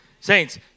Saints